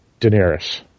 Daenerys